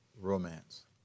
romance